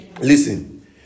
listen